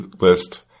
list